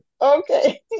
Okay